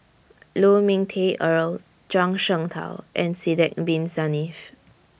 Lu Ming Teh Earl Zhuang Shengtao and Sidek Bin Saniff